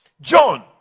john